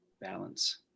Balance